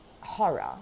horror